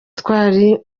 twari